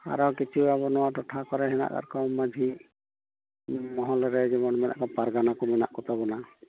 ᱟᱨᱚ ᱠᱤᱪᱷᱩ ᱟᱵᱚ ᱱᱚᱭᱟ ᱴᱚᱴᱷᱟ ᱠᱚᱨᱮ ᱦᱮᱱᱟᱜ ᱠᱟᱜᱼᱠᱚᱭᱟ ᱢᱟᱺᱡᱷᱤ ᱢᱚᱦᱚᱞᱨᱮ ᱡᱮᱢᱚᱱ ᱢᱮᱱᱟᱜ ᱠᱚ ᱯᱟᱨᱜᱟᱱᱟ ᱠᱚ ᱢᱮᱱᱟᱜ ᱠᱚ ᱛᱟᱵᱚᱱᱟ